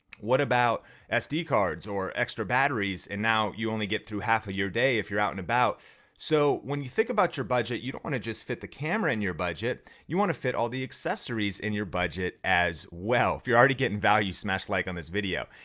what about sd cards or extra batteries? and now you only get through half of your day if you're out and about. so, when you think about your budget, you don't wanna just fit the camera in your budget, you wanna fit all the accessories in your budget as well if you're already getting value smashed like on this video.